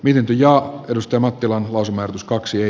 pidempi ja edusti mattila nousimme tuskaksi